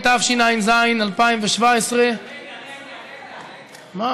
התשע"ז 2017. חכה, חכה.